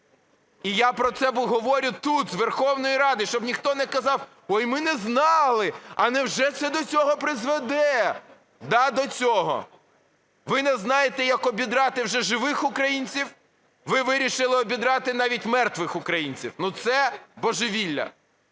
І я про це говорю тут з Верховної Ради, щоб ніхто не казав, ой, ми не знали, а невже це до цього призведе. Да, до цього. Ви не знаєте, як обідрати вже живих українців, ви вирішили обідрати навіть мертвих українців. Це божевілля.